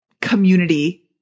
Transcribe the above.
community